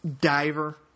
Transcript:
diver